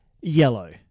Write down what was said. yellow